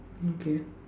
mm K